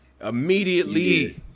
Immediately